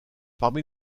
parmi